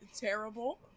terrible